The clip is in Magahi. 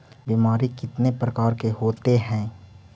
बीमारी कितने प्रकार के होते हैं?